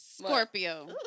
Scorpio